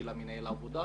של מנהל העבודה,